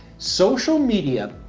social media